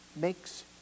makes